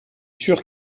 sûr